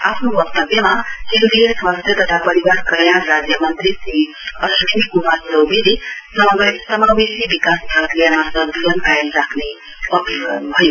आफ्नो वक्तव्यमा केन्द्रीय स्वास्थ्य तथा परिवार कल्याण राज्यमन्त्री श्री अश्विनी कुमार चौवेले समावेशी विकास प्रक्रियामा सन्तुलन कायम राख्ने अपील गर्नुभयो